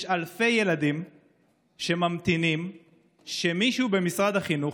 יש אלפי ילדים שממתינים שמישהו במשרד החינוך